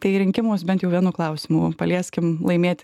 tai rinkimus bent jau vienu klausimu palieskim laimėti